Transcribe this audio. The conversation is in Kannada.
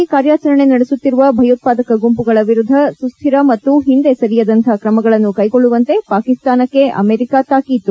ತನ್ನ ನೆಲದಲ್ಲಿ ಕಾರ್ಯಾಚರಣೆ ನಡೆಸುತ್ತಿರುವ ಭಯೋತ್ವಾದಕ ಗುಂಪುಗಳ ವಿರುದ್ದ ಸುಸ್ತಿರ ಮತ್ತು ಹಿಂದೆ ಸರಿಯದಂಥ ಕ್ರಮಗಳನ್ನು ಕೈಗೊಳ್ಳುವಂತೆ ಪಾಕಿಸ್ತಾನಕ್ಕೆ ಅಮೆರಿಕಾ ತಾಕೀತು